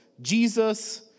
Jesus